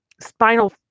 spinal